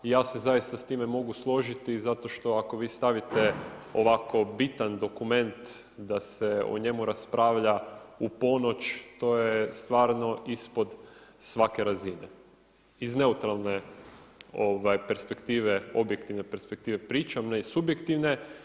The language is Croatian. Ja se zaista s time mogu složiti zato što ako vi stavite ovako bitan dokument da se o njemu raspravlja u ponoć to je stvarno ispod svake razine, iz neutralne perspektive objektivne perspektive pričam ne i subjektivne.